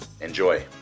enjoy